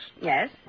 Yes